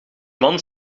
man